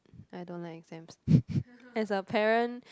I don't like exams as a parent